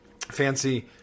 fancy